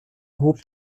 hob